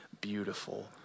beautiful